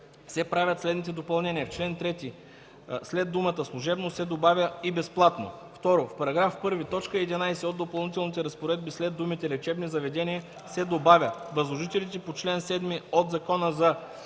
се правят следните допълнения: 1. В чл. 3 след думата „служебно” се добавя „и безплатно”. 2. В § 1, т. 11 от Допълнителните разпоредби след думите „лечебни заведения” се добавя „възложителите по чл. 7 от Закона за